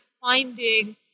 finding